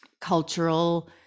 cultural